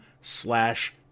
slash